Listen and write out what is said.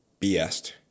BS